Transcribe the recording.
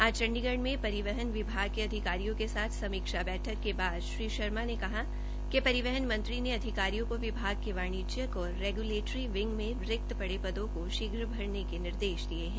आज चंडीगढ़ में पविहन विभाग के अधिकारियों के साथ समीक्षा बैठक के बाद श्री शर्मा ने कहा कि पविहन मंत्री अधिकारियों को विभाग के वाणिज्यिक और रेग्लेटरी विंग में रिक्त पदों को शीघ्र भरने के निर्देश दिये है